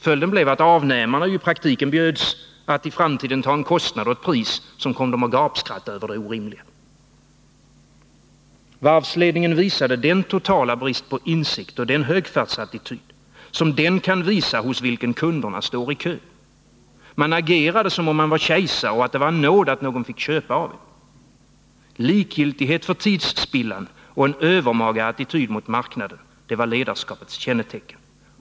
Följden blev att avnämarna i praktiken bjöds att i framtiden ta en kostnad och ett pris som kom dem att gapskratta över det orimliga. Varvsledningen visade den totala brist på insikt och den högfärd som den kan visa, hos vilken kunderna står i kö. Man agerade som om man var kejsare och det var en nåd att någon fick köpa av en. Likgiltighet för tidsspillan och en övermaga attityd mot marknaden — det var ledarskapets kännetecken.